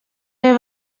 haver